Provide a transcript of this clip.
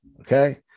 okay